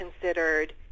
considered